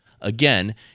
Again